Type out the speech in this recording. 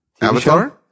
Avatar